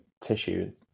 tissue